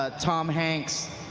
ah tom hanks.